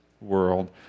world